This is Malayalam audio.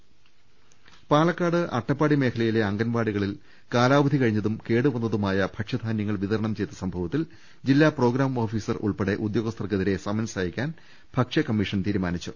രുട്ട്ട്ട്ട്ട്ട്ട്ട പാലക്കാട് അട്ടപ്പാടി മേഖലയിലെ അംഗൻവാടികളിൽ കാലാവധി കഴി ഞ്ഞതും കേടുവന്നതുമായ ഭക്ഷ്യധാന്യങ്ങൾ വിതരണം ചെയ്ത സംഭവ ത്തിൽ ജില്ലാ പ്രോഗ്രാം ഓഫീസർ ഉൾപ്പെടെ ഉദ്യോഗസ്ഥർക്കെതിരെ സമൻസ് അയയ്ക്കാൻ ഭക്ഷ്യ കമ്മീഷൻ തീരുമാനിച്ചു